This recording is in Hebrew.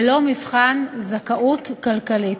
ללא מבחן זכאות כלכלית.